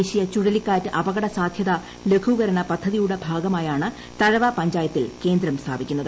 ദേശീയ ചുഴലിക്കാറ്റ് അപകടസാധ്യതാ ലഘുകരണ പദ്ധതിയുടെ ഭാഗമായാണ് തഴവ പഞ്ചായത്തിൽ കേന്ദ്രം സ്ഥാപിക്കുന്നത്